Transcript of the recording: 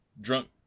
drunk